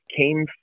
came